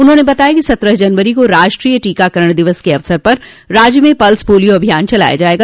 उन्होंने बताया कि सत्रह जनवरो को राष्ट्रीय टीकाकरण दिवस के अवसर पर राज्य में पल्स पोलियो का अभियान चलाया जायेगा